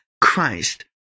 Christ